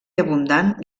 abundant